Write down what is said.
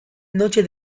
noche